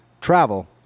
travel